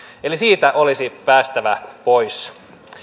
eli siitä olisi päästävä pois